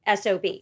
SOB